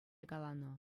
каланӑ